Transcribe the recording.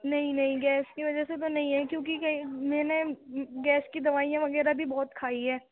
نہیں نہیں گیس کی وجہ سے تو نہیں ہے کیوںکہ میں نے گیس کی دوائیاں وغیرہ بھی بہت کھائی ہے